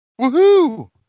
Woohoo